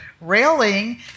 railing